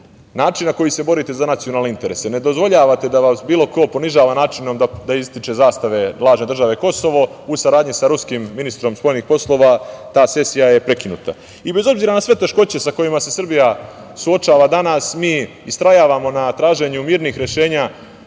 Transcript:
način na koji se borimo za nacionalne interese. Ne dozvoljavate da vas bilo ko ponižava načinom da ističe zastave lažne države Kosovo. U saradnji sa ruskim ministrom spoljnih poslova ta sesija je prekinuta. Bez obzira na sve teškoće sa kojima se Srbija suočava danas mi istrajavamo na traženju mirnih rešenja